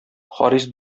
харис